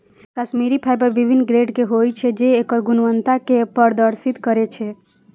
Kashmiri fibre विभिन्न grade के होइ छै, जे एकर गुणवत्ता कें प्रदर्शित करै छै